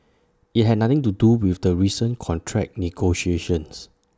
IT had nothing to do with the recent contract negotiations